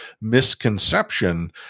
misconception